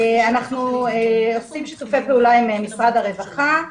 אנחנו עשינו שיתופי פעולה עם משרד הרווחה.